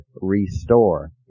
restore